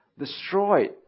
destroyed